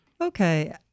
Okay